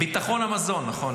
ביטחון המזון, נכון.